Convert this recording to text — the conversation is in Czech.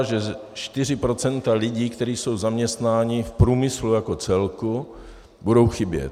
Že 4 % lidí, kteří jsou zaměstnáni v průmyslu jako celku, budou chybět.